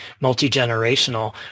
multi-generational